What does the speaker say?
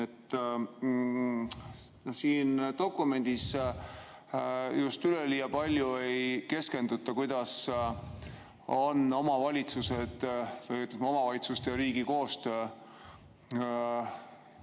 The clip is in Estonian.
Siin dokumendis just üleliia palju ei keskenduta sellele, kuidas on omavalitsuste ja riigi koostöö